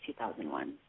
2001